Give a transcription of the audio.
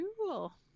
Cool